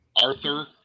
Arthur